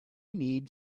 need